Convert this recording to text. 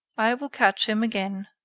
i will catch him again.